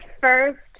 first